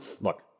look